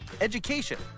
education